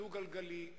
הדו-גלגלי.